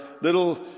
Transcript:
little